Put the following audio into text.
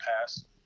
past